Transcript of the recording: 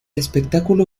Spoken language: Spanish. espectáculo